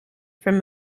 from